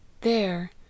there